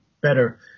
better